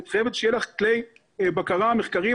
את חייבת שיהיו לך כלי בקרה מחקריים,